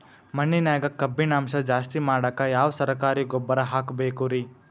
ಮಣ್ಣಿನ್ಯಾಗ ಕಬ್ಬಿಣಾಂಶ ಜಾಸ್ತಿ ಮಾಡಾಕ ಯಾವ ಸರಕಾರಿ ಗೊಬ್ಬರ ಹಾಕಬೇಕು ರಿ?